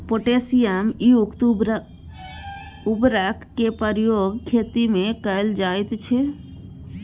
potassium युक्त उर्वरकक प्रयोग खेतीमे कैल जाइत छै